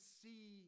see